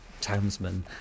townsman